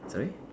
sorry